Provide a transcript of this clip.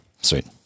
Sweet